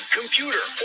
computer